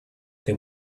they